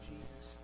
Jesus